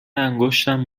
انگشتم